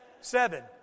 Seven